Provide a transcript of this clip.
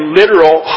literal